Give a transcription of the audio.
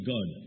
God